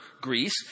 Greece